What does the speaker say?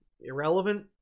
irrelevant